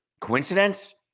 Coincidence